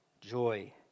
joy